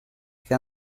che